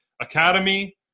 academy